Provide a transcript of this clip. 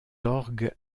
orgues